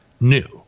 new